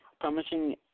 promising